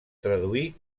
traduí